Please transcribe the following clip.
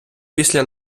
після